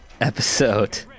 episode